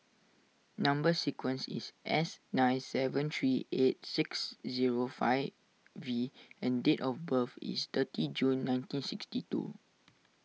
Number Sequence is S nine seven three eight six zero five V and date of birth is thirty June nineteen sixty two